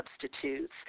substitutes